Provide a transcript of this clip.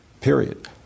period